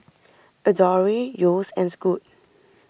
Adore Yeo's and Scoot